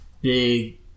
big